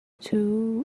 two